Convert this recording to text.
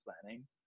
planning